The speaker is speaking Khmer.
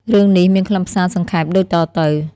រឿងនេះមានខ្លឹមសារសង្ខេបដូចតទៅ។